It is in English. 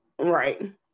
Right